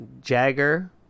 Jagger